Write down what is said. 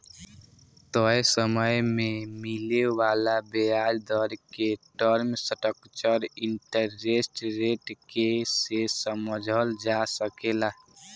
तय समय में मिले वाला ब्याज दर के टर्म स्ट्रक्चर इंटरेस्ट रेट के से समझल जा सकेला